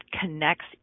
connects